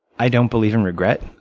i don't believe in regret.